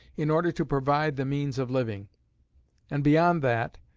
in order to provide the means of living and beyond that,